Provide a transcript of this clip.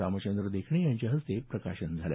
रामचंद्र देखणे यांच्या हस्ते प्रकाशन झालं